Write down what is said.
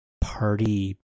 party